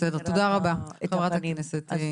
בסדר, תודה רבה חברת הכנסת.